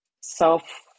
self